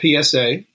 PSA